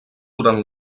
durant